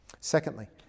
Secondly